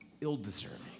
ill-deserving